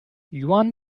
yuan